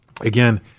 again